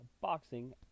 Boxing